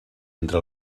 entre